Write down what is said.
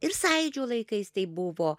ir sąjūdžio laikais tai buvo